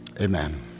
Amen